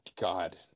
God